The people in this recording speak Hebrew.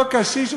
אותו קשיש,